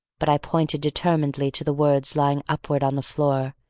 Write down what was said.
but i pointed determinedly to the words lying upward on the floor,